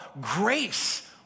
grace